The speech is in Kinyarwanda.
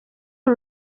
uru